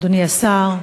אדוני השר,